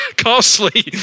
costly